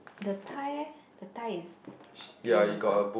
the tie eh the tie is green also